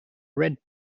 red